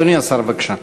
אדוני השר, בבקשה.